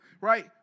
right